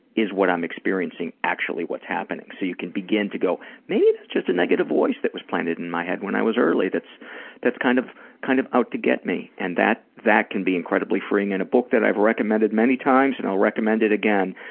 is what i'm experiencing actually what's happening? so you begin to go, maybe it's just a negative voice that was planted in my head when i early that's that's kind of kind of out to get me. and that that can be incredibly freeing. and a book that i've recommended many times and i'll recommend it again,